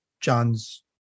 John's